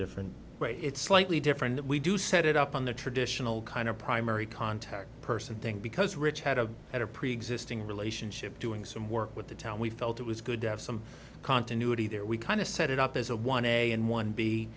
different ways it's slightly different we do set it up on the traditional kind of primary contact person thing because rich had a had a preexisting relationship doing some work with the town we felt it was good to have some continuity there we kind of set it up as a one a and one b